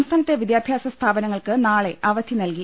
സംസ്ഥാനത്തെ വിദ്യാഭ്യാസ സ്ഥാപനങ്ങൾക്ക് നാളെ അവധി നൽകി